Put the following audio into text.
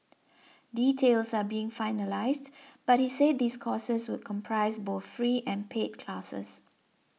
details are being finalised but he said these courses would comprise both free and paid classes